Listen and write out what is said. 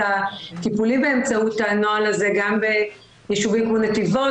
הטיפולים באמצעות הנוהל הזה גם בישובים כמו נתיבות,